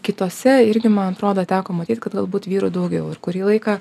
kitose irgi man atrodo teko matyt kad galbūt vyrų daugiau ir kurį laiką